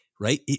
right